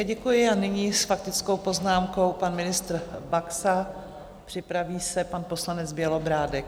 Také děkuji a nyní s faktickou poznámkou pan ministr Baxa, připraví se pan poslanec Bělobrádek.